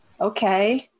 Okay